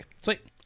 Sweet